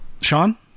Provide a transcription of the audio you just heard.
sean